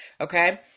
Okay